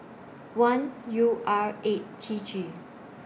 one U R eight T G